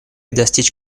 достичь